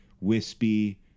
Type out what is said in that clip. wispy